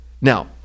Now